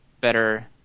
better